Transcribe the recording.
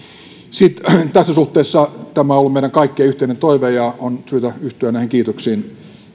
tässä suhteessa tämä on ollut meidän kaikkien yhteinen toive ja on syytä yhtyä näihin kiitoksiin